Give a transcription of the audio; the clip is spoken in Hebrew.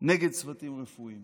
נגד צוותים רפואיים,